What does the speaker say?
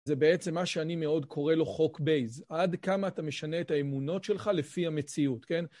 זה בעצם מה שאני מאוד קורא לו חוק בייס. עד כמה אתה משנה את האמונות שלך לפי המציאות, כן?